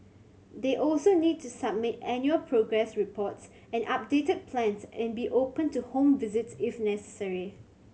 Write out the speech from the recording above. they also need to submit annual progress reports and updated plans and be open to home visits if necessary